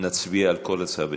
נצביע על כל הצעה בנפרד.